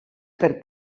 per